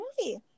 movie